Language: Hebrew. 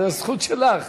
זה זכות שלך.